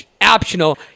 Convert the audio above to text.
optional